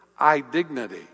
iDignity